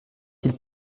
qu’il